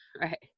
Right